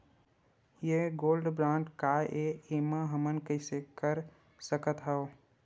ये gold bond काय ए एमा हमन कइसे कर सकत हव?